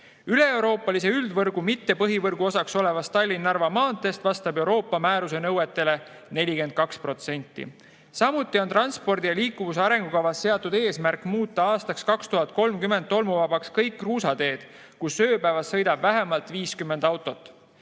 Üleeuroopalise üldvõrgu mittepõhivõrgu osaks olevast Tallinna–Narva maanteest vastab Euroopa määruse nõuetele 42%.Samuti on transpordi ja liikuvuse arengukavas seatud eesmärk muuta aastaks 2030 tolmuvabaks kõik kruusateed, kus ööpäevas sõidab vähemalt 50 autot. Lisaks